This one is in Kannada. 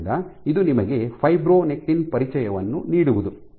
ಆದ್ದರಿಂದ ಇದು ನಿಮಗೆ ಫೈಬ್ರೊನೆಕ್ಟಿನ್ ಪರಿಚಯವನ್ನು ನೀಡುವುದು